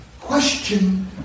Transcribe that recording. question